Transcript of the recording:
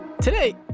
today